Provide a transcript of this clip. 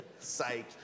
Psych